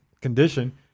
condition